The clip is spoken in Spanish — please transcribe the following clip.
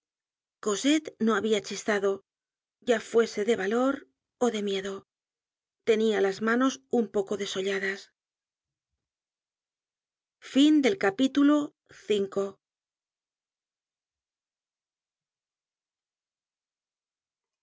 cosette no habia chistado ya fuese de valor ó de miedo tenia las manos un poco desolladas